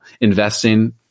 Investing